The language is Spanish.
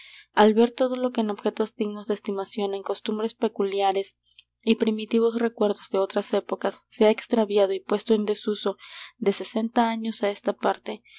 al ver todo lo que en objetos dignos de estimación en costumbres peculiares y primitivos recuerdos de otras épocas se ha extraviado y puesto en desuso de sesenta años á esta parte